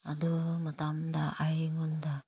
ꯑꯗꯨ ꯃꯇꯝꯗ ꯑꯩꯉꯣꯟꯗ